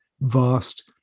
vast